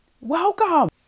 Welcome